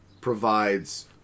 provides